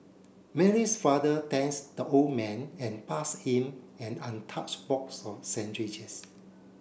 Mary's father thanks the old man and passed him an untouched box of sandwiches